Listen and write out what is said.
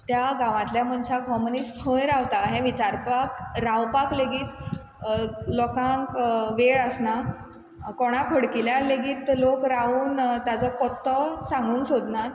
त्या गांवातल्या मनशाक हो मनीस खंय रावता हें विचारपाक रावपाक लेगीत लोकांक वेळ आसना कोणाक हडकिल्यार लेगीत लोक रावून ताजो पत्तो सांगूंक सोदनात